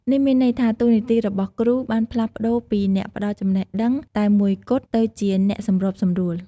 នេះមានន័យថា តួនាទីរបស់គ្រូបានផ្លាស់ប្ដូរពីអ្នកផ្ដល់ចំណេះដឹងតែមួយគត់ ទៅជា អ្នកសម្របសម្រួល។